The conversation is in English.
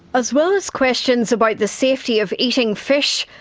as well as questions about the safety of eating fish,